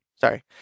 sorry